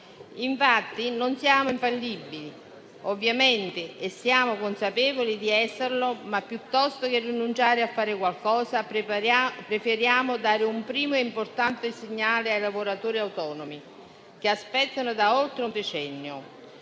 Infatti, non siamo infallibili e ne siamo consapevoli, ma piuttosto che rinunciare a fare qualcosa preferiamo dare un primo e importante segnale ai lavoratori autonomi, che aspettano da oltre un decennio.